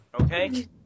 Okay